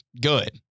good